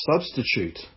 substitute